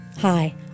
Hi